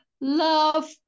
love